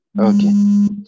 Okay